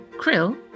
Krill